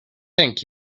thank